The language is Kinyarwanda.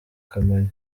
kamonyi